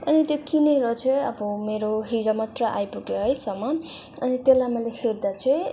अनि त्यो किनेर चाहिँ अब मेरो हिजो मात्र आइपुग्यो है सामान अनि त्यसलाई मैले हेर्दा चाहिँ